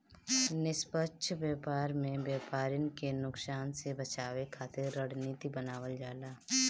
निष्पक्ष व्यापार में व्यापरिन के नुकसान से बचावे खातिर रणनीति बनावल जाला